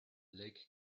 lake